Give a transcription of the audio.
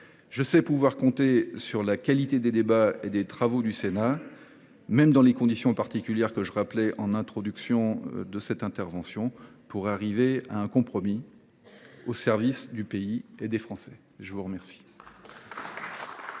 Je sais pouvoir compter sur la qualité des débats et des travaux du Sénat, même dans les conditions particulières que j’ai rappelées au début de mon propos, pour arriver à un compromis au service du pays et des Français. Mes chers